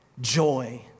Joy